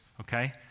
okay